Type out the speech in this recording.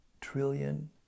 trillion